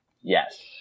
yes